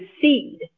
seed